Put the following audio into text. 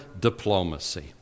diplomacy